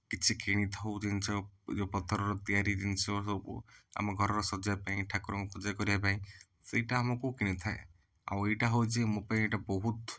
କିଛି କିଣିଥାଉ ଜିନିଷ ପଥରର ସେ କିଣିଥାଉ ଜିନିଷ ଯେଉଁ ପଥରର ତିଆରି ଜିନିଷ ସବୁ ଆମ ଘରର ସଜେଇବା ପାଇଁ ଆମ ଠାକୁରଙ୍କୁ ପୂଜା କରିବାପାଇଁ ସେଇଟା ଆମକୁ କିଣିଥାଏ ଆଉ ଏଇଟା ହେଉଛି ମୋ ପାଇଁ ଏଇଟା ବହୁତ